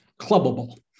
Clubbable